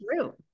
true